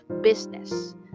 business